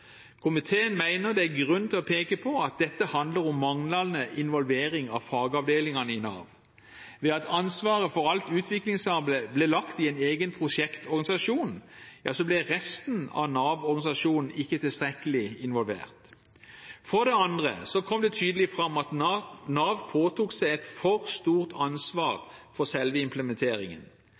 Komiteen mener det er grunn til å peke på at dette handler om manglende involvering av fagavdelingene i Nav. Ved at ansvaret for alt utviklingsarbeid ble lagt i en egen prosjektorganisasjon, ble resten av Nav-organisasjonen ikke tilstrekkelig involvert. For det andre kom det tydelig fram at Nav påtok seg et for stort ansvar for selve implementeringen.